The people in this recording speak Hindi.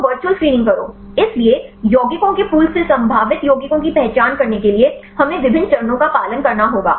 तो वर्चुअल स्क्रीनिंग करो इसलिए यौगिकों के पूल से संभावित यौगिकों की पहचान करने के लिए हमें विभिन्न चरणों का पालन करना होगा